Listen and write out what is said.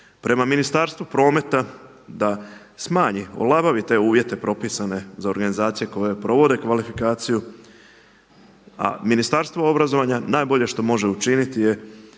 Prema Ministarstvu prometa da smanji, olabavi te uvjete propisane za organizacije koje provode kvalifikaciju a Ministarstvo obrazovanja najbolje što može učiniti je